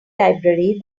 library